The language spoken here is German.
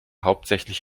hauptsächlich